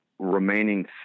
remaining